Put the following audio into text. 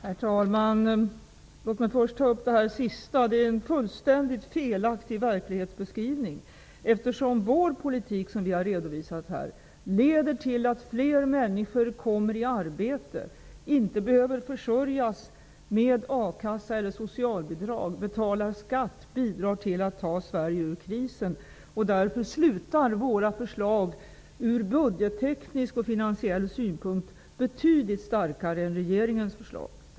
Herr talman! Låt mig först ta upp det sista som finansministern sade. Det är en fullständigt felaktig verklighetsbeskrivning. Den politik som vi har redovisat här leder till att fler människor kommer i arbete och inte behöver försörjas genom a-kassa eller socialbidrag. De betalar skatt och bidrar till att ta Sverige ur krisen. Därför slutar våra förslag ur budgetteknisk och finansiell synpunkt betydligt starkare än regeringens förslag.